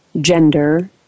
gender